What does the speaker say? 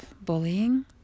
bullying